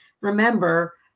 remember